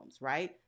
right